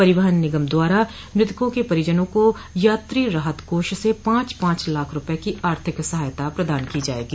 परिवहन निगम द्वारा मृतकों के परिजनों को यात्री राहत कोष से पांच पांच लाख रूपये की आर्थिक सहायता प्रदान की जायेगी